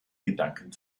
gedanken